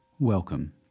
Welcome